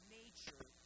nature